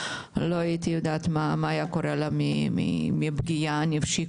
לא הייתי יודעת מה היה קורה לה מהפגיעה הנפשית